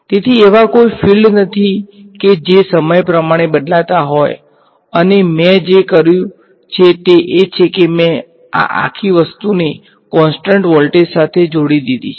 તેથી એવા કોઈ ફીલ્ડ્સ નથી કે જે સમય પ્રમાણે બદલાતા હોય અને મેં જે કર્યું છે તે એ છે કે મેં આ આખી વસ્તુને કોન્સટ્ન્ટ વોલ્ટેજ સાથે જોડી દીધી છે